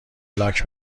لاک